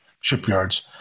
shipyards